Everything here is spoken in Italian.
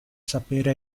sapere